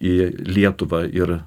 į lietuvą ir